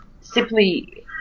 Simply